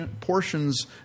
portions